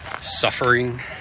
suffering